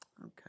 Okay